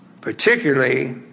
Particularly